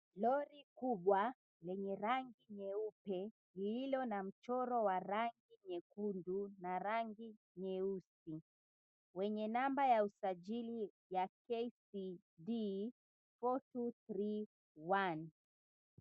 Lori kubwa lenye rangi nyeupe, lililo na mchoro wa rangi nyekundu, na rangi nyeusi. Wenye namba ya usajili ya KCD 4231.